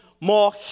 more